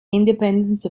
independence